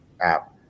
app